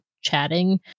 chatting